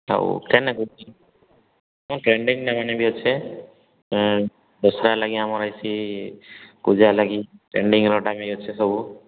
ଆଉ କେନେ କରୁଛି ଅଛେ ଦଶହରା ଲାଗି ଆମର ଏଠି ପୂଜା ଅଛେ ସବୁ